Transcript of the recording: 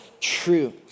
true